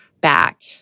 back